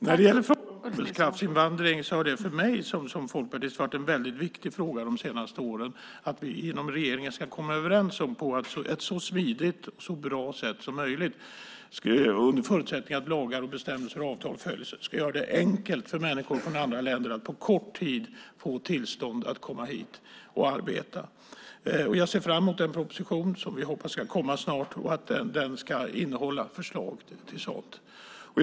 Fru talman! När det gäller arbetskraftsinvandring har det för mig som folkpartist varit en väldigt viktig fråga under de senaste åren att vi inom regeringen ska komma överens på ett så smidigt och bra sätt som möjligt under förutsättning att lagar, bestämmelser och avtal följs. Vi ska göra det enkelt för människor från andra länder att på kort tid få tillstånd att komma hit och arbeta. Jag ser fram emot den proposition som vi hoppas ska komma snart och att den ska innehålla förslag om detta.